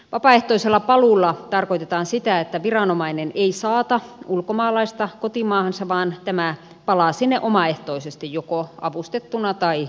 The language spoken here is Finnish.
vapaaehtoisella paluulla tarkoitetaan sitä että viranomainen ei saata ulkomaalaista kotimaahansa vaan tämä palaa sinne omaehtoisesti joko avustettuna tai itsenäisesti